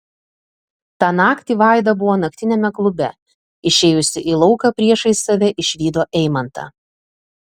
tą naktį vaida buvo naktiniame klube išėjusi į lauką priešais save išvydo eimantą